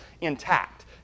intact